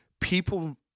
People